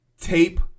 tape